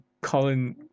Colin